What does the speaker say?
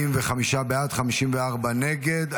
45 בעד, 54 נגד.